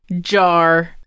jar